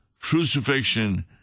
crucifixion